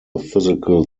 physical